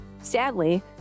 Sadly